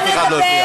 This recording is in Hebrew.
אף אחד לא הפריע לך.